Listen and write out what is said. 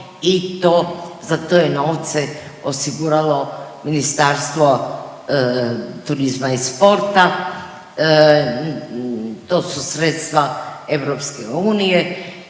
i to za to je novce osiguralo Ministarstvo turizma i sporta. To su sredstva EU i